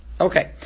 Okay